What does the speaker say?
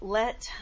let